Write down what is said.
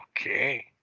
Okay